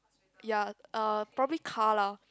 ya uh probably car lah